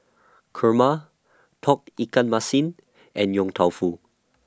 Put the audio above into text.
Kurma Tauge Ikan Masin and Yong Tau Foo